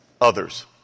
others